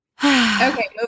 okay